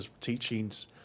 teachings